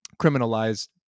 criminalized